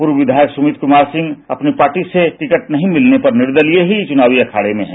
पूर्व विधायक सुमित कुमार सिंह अपनी पार्टी से टिकट नहीं मिलने पर निर्दलीय ही चुनावी अखाडे में हैं